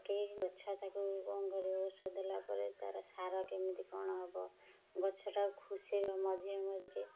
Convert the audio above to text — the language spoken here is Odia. କେହି ଗଛ ତାକୁ କ'ଣ କରିବ ଔଷଧ ଦେଲା ପରେ ତା'ର ସାର କେମିତି କ'ଣ ହବ ଗଛଟା ଖୋସେଇବା ମଝିରେ ମଝିରେ